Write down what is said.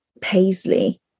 paisley